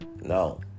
No